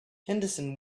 henderson